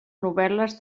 novel·les